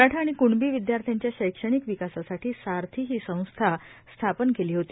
मराठा आणि कृणबी विदयार्थ्याच्या शैक्षणिक विकासासाठी सारथी ही संस्था स्थापन केली होती